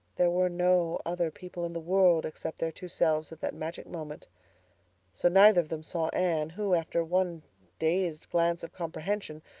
there were no other people in the world except their two selves at that magic moment so neither of them saw anne, who, after one dazed glance of comprehension,